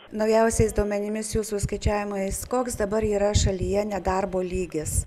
naujausiais duomenimis jūsų skaičiavimais koks dabar yra šalyje nedarbo lygis